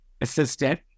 assistant